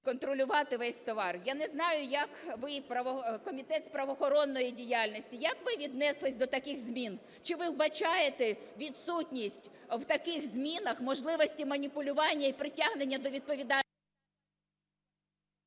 …контролювати весь товар. Я не знаю, як ви, Комітет з правоохоронної діяльності, як ви віднеслись до таких змін? Чи ви вбачаєте відсутність в таких змінах можливості маніпулювання і притягнення до відповідальності…